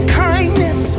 kindness